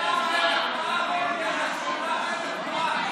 למה אין הצבעה?